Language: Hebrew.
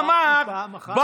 אמרתי פעם אחת "אפסים".